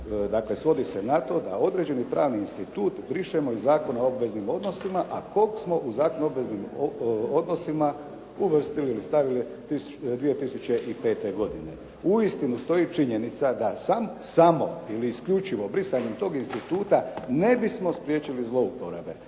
dakle, svodi se na to da određeni pravni institut brišemo iz Zakona o obveznim odnosima a koga smo u Zakonu o obveznim obvezama uvrstili ili stavili 2005. godine. Uistinu stoji činjenica da samo ili isključivo brisanjem toga instituta ne bismo spriječili zlouporabe,